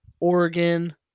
Oregon